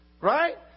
Right